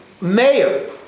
mayor